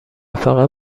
فقط